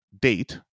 date